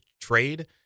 trade